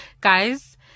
guys